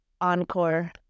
Encore